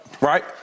right